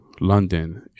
London